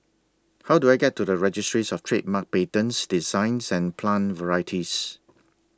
How Do I get to The Registries of Trademarks Patents Designs and Plant Varieties